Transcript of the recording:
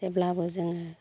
जेब्लाबो जोङो